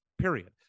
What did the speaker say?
Period